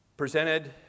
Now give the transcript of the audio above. presented